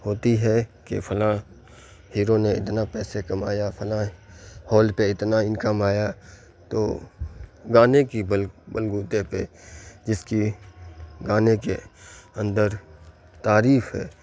ہوتی ہے کہ فلاں ہیرو نے اتنا پیسے کمایا فلاں ہال پہ اتنا انکم آیا تو گانے کی بل بل بوتے پہ جس کی گانے کے اندر تعریف ہے